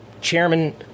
Chairman